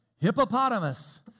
hippopotamus